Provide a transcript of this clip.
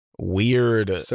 weird